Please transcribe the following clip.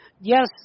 yes